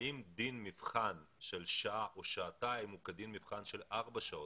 האם דין מבחן של שעה או שעתיים הוא כדין מבחן של ארבע שעות?